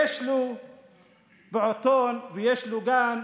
יש לו פעוטון ויש לו גן,